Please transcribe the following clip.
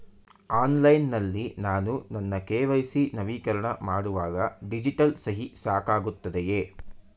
Online ನಲ್ಲಿ ನಾನು ನನ್ನ ಕೆ.ವೈ.ಸಿ ನವೀಕರಣ ಮಾಡುವಾಗ ಡಿಜಿಟಲ್ ಸಹಿ ಸಾಕಾಗುತ್ತದೆಯೇ?